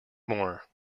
more